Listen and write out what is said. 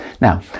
Now